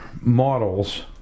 models